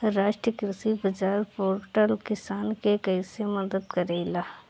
राष्ट्रीय कृषि बाजार पोर्टल किसान के कइसे मदद करेला?